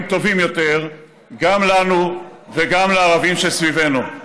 טובים יותר גם לנו וגם לערבים שסביבנו.